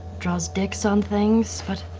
draws dicks on things, but